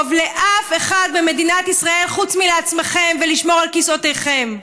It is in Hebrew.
לאף אחד במדינת ישראל חוץ מלעצמכם ולשמור על כיסאותיכם,